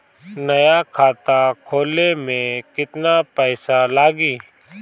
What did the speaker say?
नया खाता खोले मे केतना पईसा लागि?